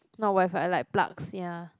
not Wi-Fi like plugs ya